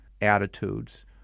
attitudes